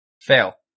Fail